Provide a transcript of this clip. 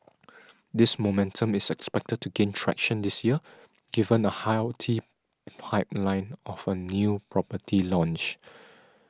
this momentum is expected to gain traction this year given a healthy pipeline of a new property launch